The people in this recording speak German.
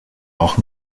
auch